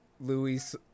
Louis